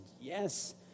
yes